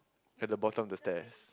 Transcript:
at the bottom of the stairs